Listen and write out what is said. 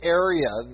area